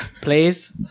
Please